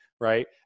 right